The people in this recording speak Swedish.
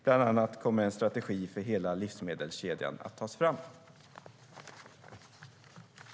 Bland annat kommer en strategi för hela livsmedelskedjan att tas fram.